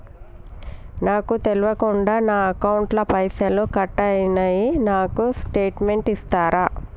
నాకు తెల్వకుండా నా అకౌంట్ ల పైసల్ కట్ అయినై నాకు స్టేటుమెంట్ ఇస్తరా?